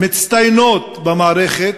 המצטיינות במערכת,